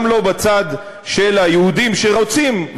גם לא בצד של היהודים שרוצים,